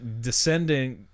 descending